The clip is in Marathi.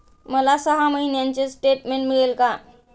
मला सहा महिन्यांचे स्टेटमेंट मिळेल का?